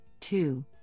two